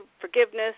forgiveness